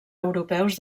europeus